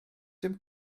dim